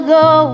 go